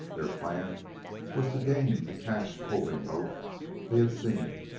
their plan was to gain the cached poling-boat they had seen,